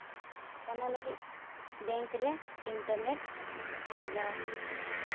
ᱚᱱᱟ ᱞᱟᱹᱜᱤᱫ ᱵᱮᱝᱠ ᱨᱮ ᱤᱱᱴᱟᱨᱱᱮᱹᱴ ᱞᱟᱜᱟ